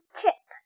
Chip